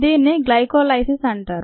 దీనిని గ్లైకోలైసిస్ అంటారు